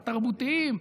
התרבותיים,